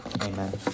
amen